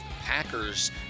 Packers